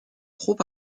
trop